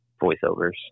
voiceovers